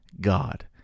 God